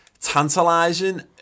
tantalising